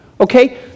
okay